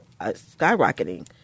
skyrocketing